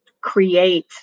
Create